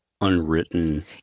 unwritten